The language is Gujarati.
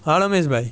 હા રમેશ ભાઈ